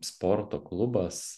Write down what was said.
sporto klubas